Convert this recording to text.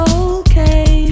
okay